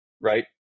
right